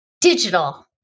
Digital